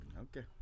Okay